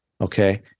Okay